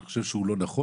אני חושב שזה לא נכון.